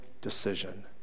decision